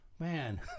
Man